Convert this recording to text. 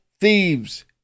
Thieves